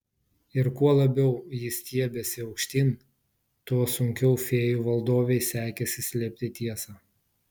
ir kuo labiau ji stiebėsi aukštyn tuo sunkiau fėjų valdovei sekėsi slėpti tiesą